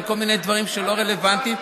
על כל מיני דברים שלא רלוונטיים,